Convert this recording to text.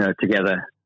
Together